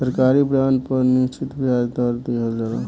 सरकारी बॉन्ड पर निश्चित ब्याज दर दीहल जाला